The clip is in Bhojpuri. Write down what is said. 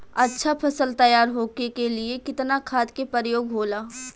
अच्छा फसल तैयार होके के लिए कितना खाद के प्रयोग होला?